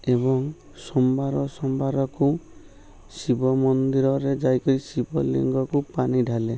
ଏବଂ ସୋମବାର ସୋମବାରକୁ ଶିବ ମନ୍ଦିର ରେ ଯାଇକରି ଶିବଲିିଙ୍ଗକୁ ପାଣି ଢାଲେ